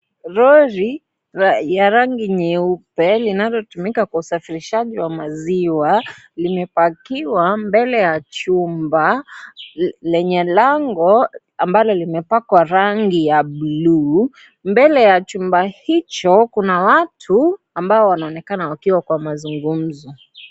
Lori ya rangi nyeupe linalotumika kwa usafirishaji wa maziwa. Limepakiwa mbele ya chumba lenye lango ambalo limepakwa rangi ya bluu. Mbele ya chumba hicho kuna watu ambao wameonekana wakiwa kwa mazungumzo.